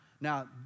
now